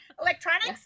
electronics